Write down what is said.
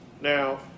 Now